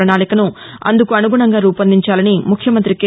ప్రణాళికను అందుకు అనుగుణంగా రూపొందించాలని ముఖ్యమంతి కె